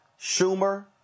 Schumer